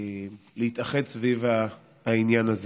להתאחד סביב העניין הזה.